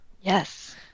Yes